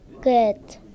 Good